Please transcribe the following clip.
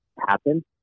happen